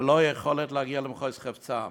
ללא יכולת להגיע למחוז חפצם.